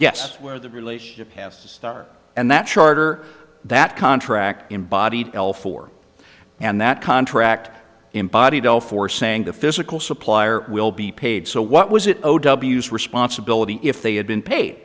yes where the relationship has to start and that charter that contract embodied belfour and that contract embodied all for saying the physical supplier will be paid so what was it responsibility if they had been paid